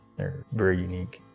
they're very unique.